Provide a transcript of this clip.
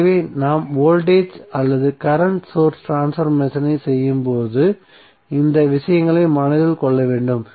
எனவேநாம் voltage அல்லது current source ட்ரான்ஸ்பர்மேசனை செய்யும்போது இந்த விஷயங்களை மனதில் கொள்ள வேண்டும்